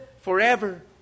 forever